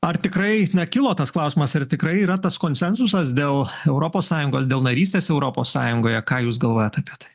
ar tikrai nekilo tas klausimas ar tikrai yra tas konsensusas dėl europos sąjungos dėl narystės europos sąjungoje ką jūs galvojat apie tai